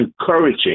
encouraging